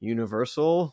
Universal